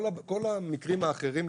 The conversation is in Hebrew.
כל המקרים האחרים,